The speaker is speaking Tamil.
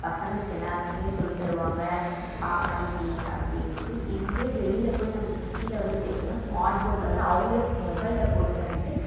பசங்களுக்கு எல்லாருக்குமே சொல்லி தருவாங்கள் அ ஆ இ ஈ அப்படின்ட்டு இதுவே வெளியில் போய் நம்ம சிட்டியில் வந்து பேசுனால் ஸ்மார்ட் போர்ட்டில் அவங்களே மொபைல்ல போட்டு தன்ட்டு